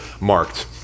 Marked